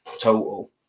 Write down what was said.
total